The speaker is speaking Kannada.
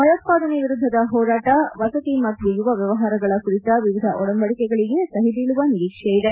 ಭಯೋತ್ಪಾದನೆ ವಿರುದ್ಧದ ಹೋರಾಟ ವಸತಿ ಮತ್ತು ಯುವ ವ್ಹವಹಾರಗಳ ಕುರಿತ ವಿವಿಧ ಒಡಂಬಡಿಕೆಗಳಗೆ ಸಹಿ ಬೀಳುವ ನಿರೀಕ್ಷೆಯಿದೆ